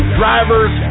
drivers